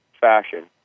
fashion